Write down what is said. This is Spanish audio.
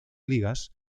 ligas